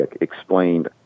explained